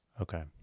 Okay